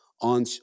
on